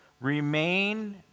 Remain